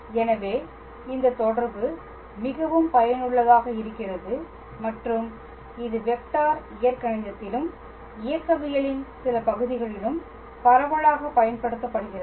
எனவே இந்த தொடர்பு மிகவும் பயனுள்ளதாக இருக்கிறது மற்றும் இது வெக்டார் இயற்கணிதத்திலும் இயக்கவியலின் சில பகுதிகளிலும் பரவலாகப் பயன்படுத்தப்படுகிறது